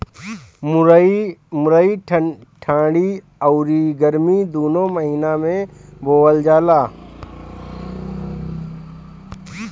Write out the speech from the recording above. मुरई ठंडी अउरी गरमी दूनो महिना में बोअल जाला